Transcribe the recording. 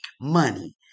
money